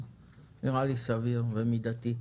נראה לי סביר ומידתי.